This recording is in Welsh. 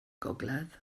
gogledd